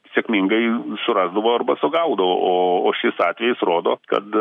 sėkmingai surasdavo arba sugaudovo o o šis atvejis rodo kad